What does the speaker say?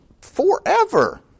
forever